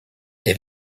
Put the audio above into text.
est